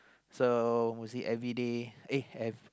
so mostly everyday eh ev~